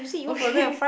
okay